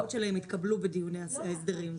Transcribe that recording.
ההצעות שלי התקבלו בדיוני ההסדרים.